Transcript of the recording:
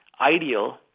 ideal